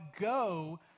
go